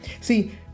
See